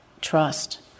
trust